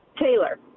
Taylor